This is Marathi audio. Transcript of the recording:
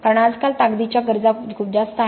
कारण आजकाल ताकदीच्या गरजा खूप जास्त आहेत